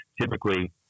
typically